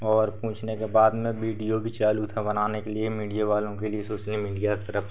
और पूछने के बाद में वीडियो भी चालू था बनाने के लिए मीडिया वालों के लिए सोशल मीडिया की तरफ़ से